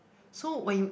so when you